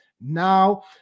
now